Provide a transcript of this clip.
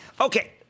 Okay